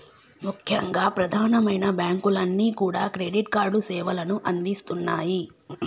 ముఖ్యంగా ప్రధానమైన బ్యాంకులన్నీ కూడా క్రెడిట్ కార్డు సేవలను అందిస్తున్నాయి